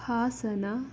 Hassan